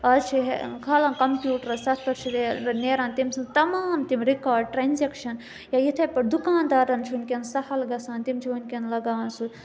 اَز چھِ کھالان کَمپیٛوٗٹرَس تَتھ پٮ۪ٹھ چھِ نیران تٔمۍ سٕنٛز تَمام تِم رِکاڈ ٹرٛانزیکشَن یا یِتھَے پٲٹھۍ دُکانٛدارَن چھُ ؤنکٮ۪ن سَہل گَژھان تِم چھِ ؤنکٮ۪ن لَگاوان سُہ